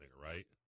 right